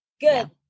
Good